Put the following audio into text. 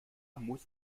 muss